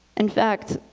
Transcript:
in fact,